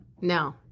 No